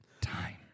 time